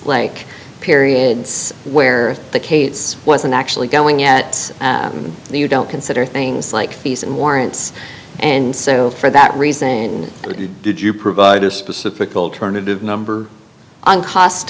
like periods where the kates wasn't actually going at you don't consider things like fees and warrants and so for that reason did you provide a specific alternative number on cost